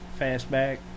fastback